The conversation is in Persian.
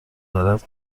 دارد